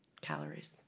calories